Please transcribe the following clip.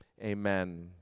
Amen